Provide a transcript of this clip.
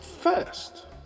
first